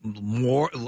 more